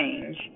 change